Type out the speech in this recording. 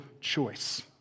choice